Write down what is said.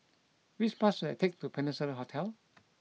which bus should I take to Peninsula Hotel